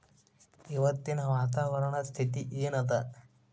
ಇವತ್ತಿನ ವಾತಾವರಣ ಸ್ಥಿತಿ ಏನ್ ಅದ?